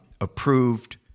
approved